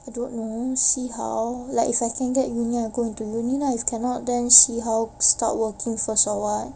I don't know see how like if I can get into uni then go into uni lah if cannot then see how start working first or what